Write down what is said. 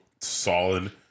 solid